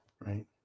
right